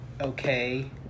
okay